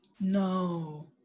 No